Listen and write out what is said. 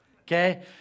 Okay